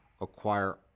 acquire